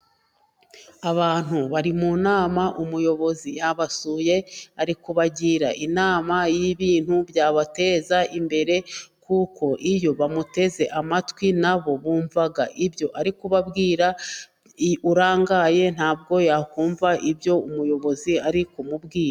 Abantu bari mu nama umuyobozi yabasuye, ari kubagira inama y' ibintu byabateza imbere, kuko iyo bamuteze amatwi na bo bumva ibyo ari kubabwira. Urangaye ntabwo wakumva ibyo umuyobozi ari kubabwira.